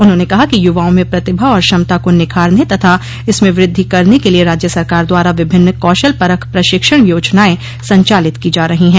उन्होंने कहा कि युवाओं में प्रतिभा और क्षमता को निखारने तथा इसमें वृद्धि करने के लिए राज्य सरकार द्वारा विभिन्न कौशल परख प्रशिक्षण योजनाएं संचालित की जा रही है